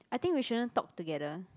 I think we shouldn't talk together